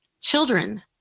children